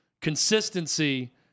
consistency